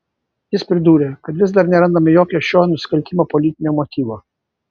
jis pridūrė kad vis dar nerandama jokio šio nusikaltimo politinio motyvo